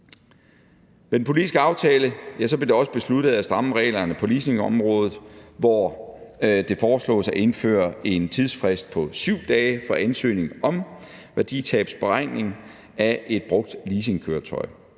Med den politiske aftale blev det også besluttet at stramme reglerne på leasingområdet, hvor det foreslås at indføre en tidsfrist på 7 dage fra ansøgningen om værditabsberegning af et brugt leasingkøretøj.